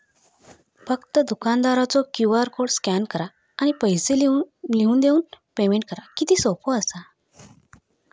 फक्त दुकानदारचो QR code scan करा आणि पैसे लिहून देऊन पेमेंट करा किती सोपा असा